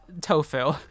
tofu